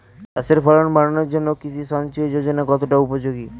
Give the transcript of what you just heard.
চাষের ফলন বাড়ানোর জন্য কৃষি সিঞ্চয়ী যোজনা কতটা উপযোগী?